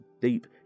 deep